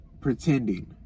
pretending